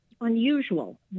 unusual